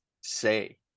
say